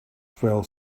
fell